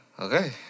Okay